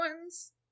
ones